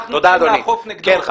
אנחנו צריכים לאכוף נגדו.